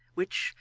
which,